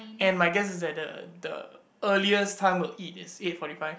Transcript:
and my guess is that the the earliest we'll eat is eight forty five